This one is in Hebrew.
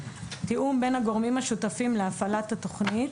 תיאום בין הגורמים השותפים להפעלת התוכנית,